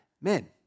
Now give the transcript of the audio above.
men